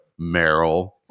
Meryl